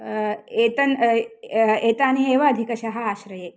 एतन् एतानि एव अधिकशः आश्रये